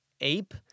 ape